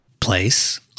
place